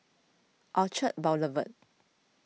Orchard Boulevard